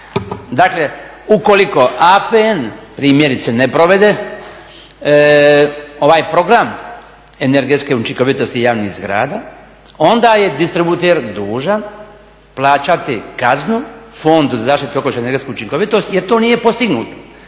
Dakle, ukoliko APN primjerice ne provede ovaj program energetske učinkovitosti javnih zgrada onda je distributer dužan plaćati kaznu Fondu za zaštitu okoliša i energetsku učinkovitost jer to nije postignut,